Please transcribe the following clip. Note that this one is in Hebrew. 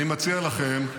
אני מציע לכם,